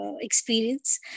experience